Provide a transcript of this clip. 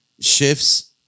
shifts